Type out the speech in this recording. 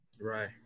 Right